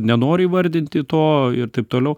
nenori įvardinti to ir taip toliau